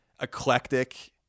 eclectic